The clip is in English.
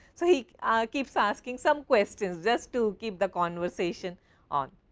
so he keeps asking some questions just to keep the conversation on.